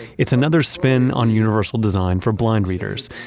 it's another spin on universal design for blind readers.